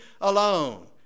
alone